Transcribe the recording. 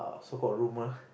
so called rumor